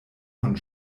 von